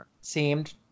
seemed